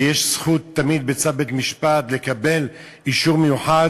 ותמיד יש זכות, בצו בית-משפט, לקבל אישור מיוחד